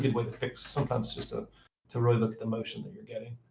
good way to fix sometimes just ah to really look the motion that you're getting.